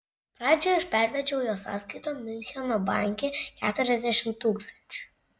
pradžiai aš pervedžiau jo sąskaiton miuncheno banke keturiasdešimt tūkstančių